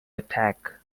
attack